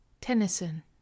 Tennyson